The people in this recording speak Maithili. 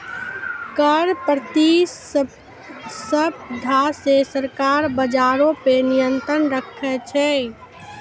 कर प्रतिस्पर्धा से सरकार बजारो पे नियंत्रण राखै छै